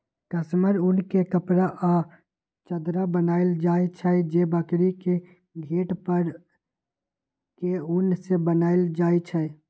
कस्मिर उन के कपड़ा आ चदरा बनायल जाइ छइ जे बकरी के घेट पर के उन से बनाएल जाइ छइ